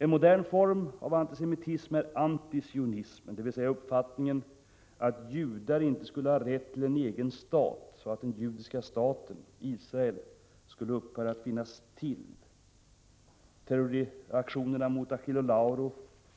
En modern form av antisemitism är antisionismen, dvs. uppfattningen att judar inte skulle ha rätt till en egen stat och att den judiska staten Israel borde upphöra att finnas till. Terroristaktionerna mot Achille Lauro